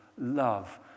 love